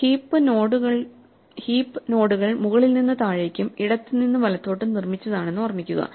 heap നോഡുകൾ മുകളിൽ നിന്ന് താഴേക്കും ഇടത്തുനിന്ന് വലത്തോട്ടും നിർമ്മിച്ചതാണെന്ന് ഓർമ്മിക്കുക